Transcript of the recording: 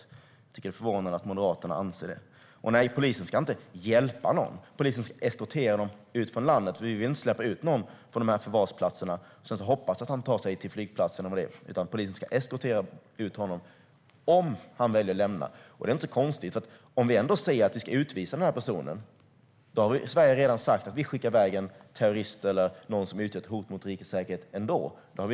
Jag tycker att det är förvånande att Moderaterna anser det. Och nej, polisen ska inte hjälpa någon; polisen ska eskortera dem ut ur landet. Vi vill nämligen inte släppa ut någon från förvarsplatserna och sedan hoppas att han tar sig till flygplatsen eller vad det är, utan polisen ska eskortera honom ut om han väljer att lämna landet. Det är inte så konstigt. Om vi säger att vi ska utvisa den här personen har Sverige med utvisningsdomen redan sagt att vi skickar iväg en terrorist eller någon som utgör ett hot mot rikets säkerhet.